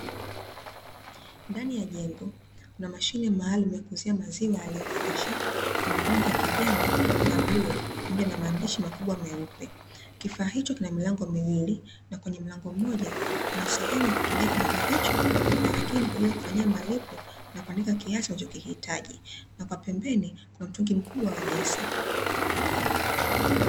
Ndani ya jengo kuna mashine maalumu ya kuuzia maziwa yaliyo freshi, inarangi ya kijani na bluu pamoja na maandishi makubwa meupe, kifaa hicho kina milango miwili na kwenye mlango mmoja kunasehemu ya kukingia kinywaji hicho, na nyingine ili kufanyia malipo na kuandika kiasi unachokihitaji, na kwa pembeni kuna mtungi mkubwa wa gesi.